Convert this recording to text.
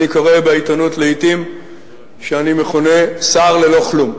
אני קורא בעיתונות לעתים שאני מכונה "שר ללא-כלום".